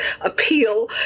appeal